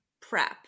prep